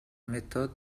méthode